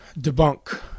debunk